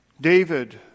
David